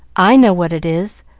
i know what it is!